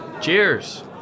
Cheers